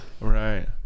right